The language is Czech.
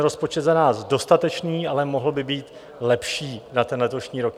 Rozpočet je za nás dostatečný, ale mohl by být lepší na letošní rok.